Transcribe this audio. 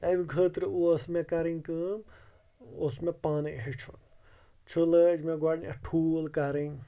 تَمہِ خٲطرٕ اوس مےٚ کَرٕنۍ کٲم اوس مےٚ پانے ہیچُھن چھُ لٲج مےٚ گۄڈنٮ۪تھ ٹھوٗل کٔرٕنۍ